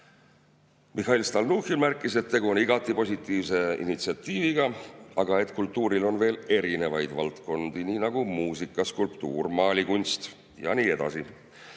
Mihhail Stalnuhhin märkis, et tegu on igati positiivse initsiatiiviga, aga kultuuril on veel erinevaid valdkondi, nagu muusika, skulptuur, maalikunst ja nii edasi.